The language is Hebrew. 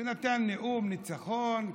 ונתן נאום ניצחון,